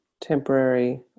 temporary